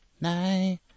night